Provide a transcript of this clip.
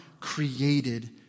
created